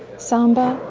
sambar,